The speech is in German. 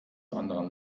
anderen